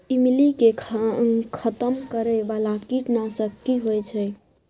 ईमली के खतम करैय बाला कीट नासक की होय छै?